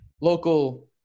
local